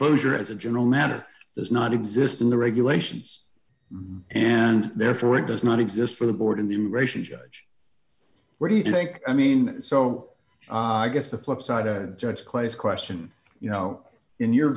closure as a general matter does not exist in the regulations and therefore it does not exist for the board in the immigration judge what do you think i mean so i guess the flip side to judge clay's question you know in your